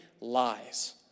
lies